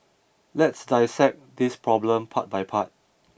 let's dissect this problem part by part